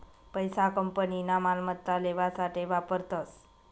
पैसा कंपनीना मालमत्ता लेवासाठे वापरतस